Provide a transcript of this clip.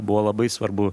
buvo labai svarbu